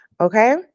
Okay